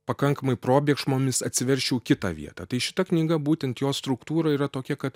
pakankamai probėgšmomis atsiverčiau kitą vietą tai šita knyga būtent jos struktūra yra tokia kad